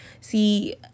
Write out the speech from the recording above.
See